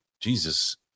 Jesus